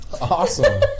awesome